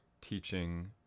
teaching